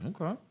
Okay